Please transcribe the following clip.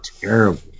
Terrible